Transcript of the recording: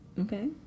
Okay